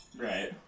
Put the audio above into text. Right